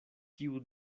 kiu